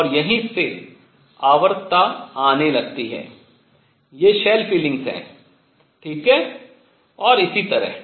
और यहीं से आवर्तता आने लगती है ये shell feelings हैं ठीक है और इसी तरह